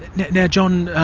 now john,